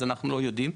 אז אנחנו לא יודעים.